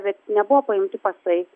bet nebuvo paimti pasai